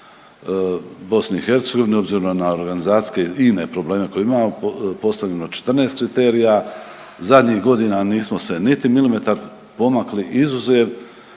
aplikaciju BiH obzirom na organizacijske i ine probleme koje imamo. Postavljeno je 14 kriterija. Zadnjih godina nismo se niti milimetar pomakli izuzev